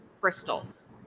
crystals